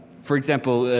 for example,